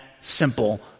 simple